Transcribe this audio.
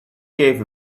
gave